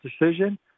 decision